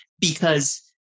because-